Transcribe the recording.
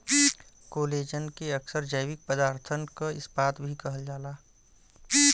collagen के अक्सर जैविक पदारथन क इस्पात भी कहल जाला